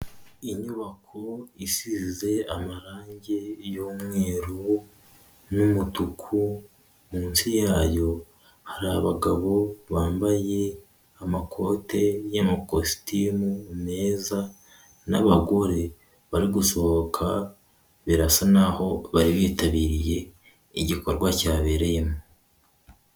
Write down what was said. Inyubako isize amarange y'umweru n'umutuku munsi yayo hari abagabo bambaye amakote y'amakositimu meza n'abagore bari gusohoka, birasa naho bari bitabiriye igikorwa cyabereyemo.